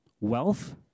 wealth